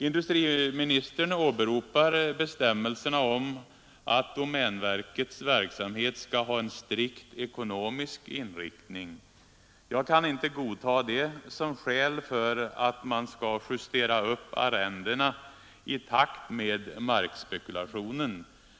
Industriministern åberopar bestämmelserna om att domänverkets verksamhet skall ha en strikt ekonomisk inriktning. Jag kan inte godta det som skäl för att man skall justera upp arrendena i takt med markspekulationen.